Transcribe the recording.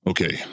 Okay